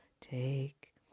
take